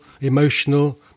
emotional